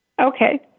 okay